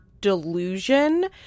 delusion